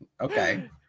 okay